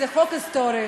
זה חוק היסטורי,